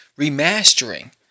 Remastering